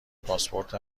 پاسپورت